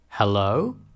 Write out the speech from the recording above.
Hello